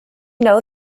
know